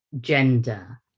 gender